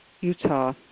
Utah